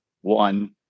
one